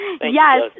Yes